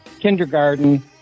kindergarten